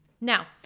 Now